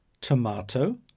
tomato